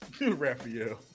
Raphael